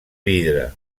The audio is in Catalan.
vidre